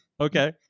okay